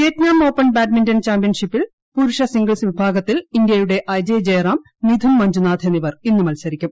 Vietnam open badminton ചാമ്പ്യൻഷിപ്പിൽ പുരുഷ single വിഭാഗത്തിൽ ഇന്ത്യയുടെ അജയ് ജയറാം മിഥുൻ മഞ്ജുനാഥ് എന്നിവർ ഇന്ന് മത്സരിക്കും